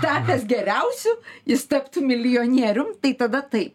tapęs geriausiu jis taptų milijonierium tai tada taip